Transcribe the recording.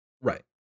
Right